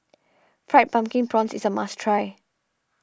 Fried Pumpkin Prawns is a must try